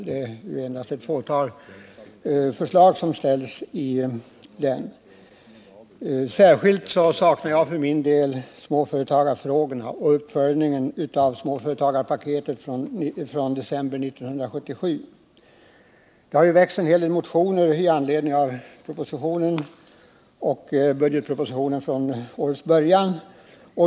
Det är endast ett fåtal förslag som läggs fram i den. Jag saknar särskilt småföretagarfrågorna och uppföljningen av småföretagarpaketet från december 1977. Det har dock väckts en hel del motioner med anledning av propositionen 123 och budgetpropositionen från årets början.